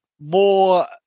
more